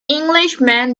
englishman